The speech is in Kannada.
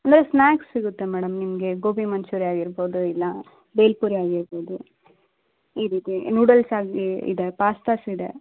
ಅಂದರೆ ಸ್ನ್ಯಾಕ್ಸ್ ಸಿಗುತ್ತೆ ಮೇಡಮ್ ನಿಮಗೆ ಗೋಬಿ ಮಂಚೂರಿ ಆಗಿರ್ಬೋದು ಇಲ್ಲ ಭೇಲ್ ಪುರಿ ಆಗಿರ್ಬೋದು ಈ ರೀತಿ ನೂಡಲ್ಸ್ ಆಗಿ ಇದೆ ಪಾಸ್ತಾಸ್ ಇದೆ